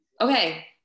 Okay